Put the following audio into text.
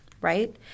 right